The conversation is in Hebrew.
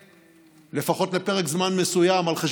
בעניין הצעה דחופה לסדר-היום בנושא: